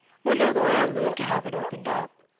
when their lawyer moved to have it opened up,